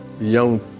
young